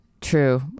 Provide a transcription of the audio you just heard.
True